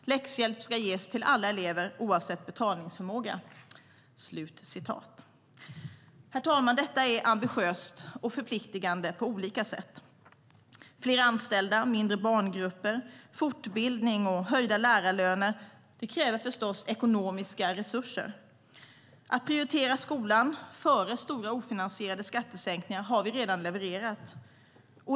Läxhjälp ska ges till alla elever, oavsett betalningsförmåga. "Att prioritera skolan före stora ofinansierade skattesänkningar har vi redan levererat.